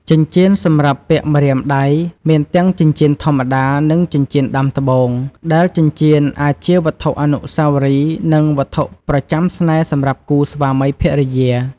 ចិញ្ចៀន សម្រាប់ពាក់ម្រាមដៃ មានទាំងចិញ្ចៀនធម្មតា និងចិញ្ចៀនដាំត្បូង ដែលចិញ្ចៀនអាចជាវត្ថុអនុស្សាវរីយ៍ និងវត្ថុប្រចាំស្នេហ៍សម្រាប់គូស្វាមីភរិយា។